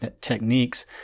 techniques